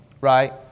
Right